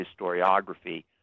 historiography